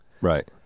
Right